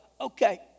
okay